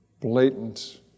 Blatant